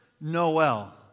Noel